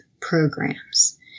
programs